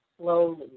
slowly